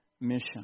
mission